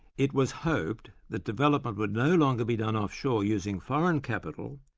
it was hoped that development would no longer be done offshore using foreign capital,